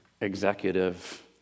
executive